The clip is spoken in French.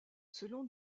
selon